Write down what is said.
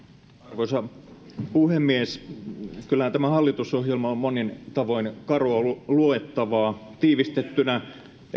arvoisa puhemies kyllähän tämä hallitusohjelma on monin tavoin karua luettavaa tiivistettynä